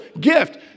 gift